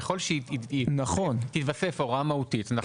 ככל שתיווסף הוראה מהותית אנחנו נוסיף הגדרות.